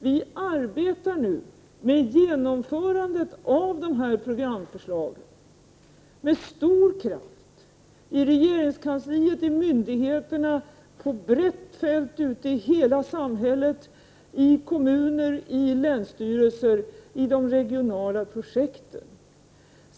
Vi arbetar nu med genomförandet av de här programförslagen med stor kraft i regeringskansliet, i myndigheterna, på breda fält ute i hela samhället, i kommuner och länsstyrelser, i de regionala projekten.